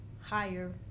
higher